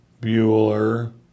Bueller